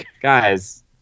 guys